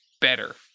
better